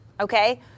okay